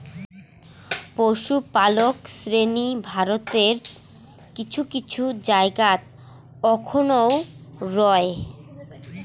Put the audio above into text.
পশুপালক শ্রেণী ভারতের কিছু কিছু জায়গাত অখনও রয়